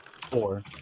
four